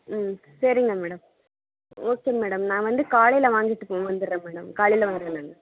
ம் சரிங்க madam okay madam நான் வந்து காலையில் வாங்கிட்டுக்கு வந்துடுறேன் மேடம் காலையில் வாரேன் நான்